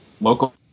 local